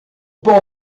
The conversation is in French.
port